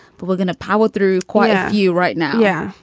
but we're going to power through quite a few right now. yeah.